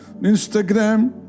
Instagram